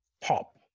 pop